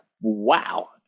wow